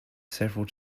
several